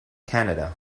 canada